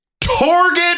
Target